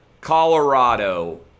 Colorado